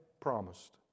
promised